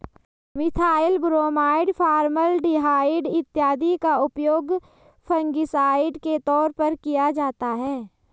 methyl bromide, formaldehyde इत्यादि का उपयोग फंगिसाइड के तौर पर किया जाता है